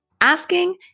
Asking